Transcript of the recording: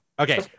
okay